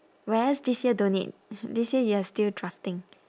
whereas this year don't need this year you are still drafting